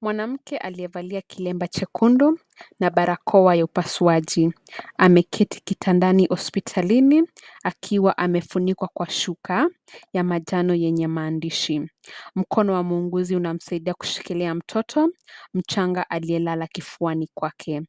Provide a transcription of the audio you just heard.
Mwanamke aliyevalia kilemba chekundu na barakoa ya upasuaji, ameketi kitandani hospitalini akiwa amefunikwa kwa shuka ya manjano yenye maandishi. Mkono wa muuguzi unamsaidia kushikilia mtoto mchanga aliyelala kifuani kwake